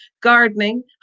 gardening